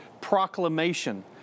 proclamation